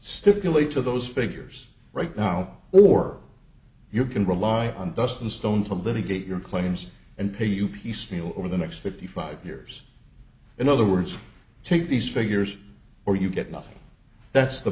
stipulate to those figures right now or you can rely on dust and stone to litigate your claims and pay you piecemeal over the next fifty five years in other words take these figures or you get nothing that's the